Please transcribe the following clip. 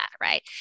right